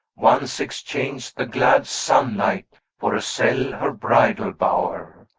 once exchanged the glad sunlight for a cell, her bridal bower.